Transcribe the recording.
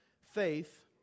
faith